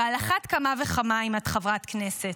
ועל אחת כמה וכמה אם את חברת כנסת,